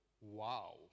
Wow